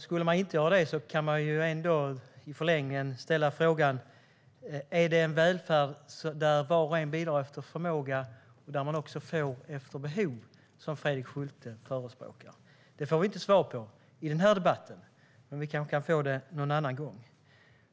Skulle man inte göra det kan man ändå i förlängningen ställa frågan: Är det en välfärd där var och en bidrar efter förmåga och även får efter behov som Fredrik Schulte förespråkar? Det får vi inte svar på i den här debatten, men vi kanske kan få det någon annan gång.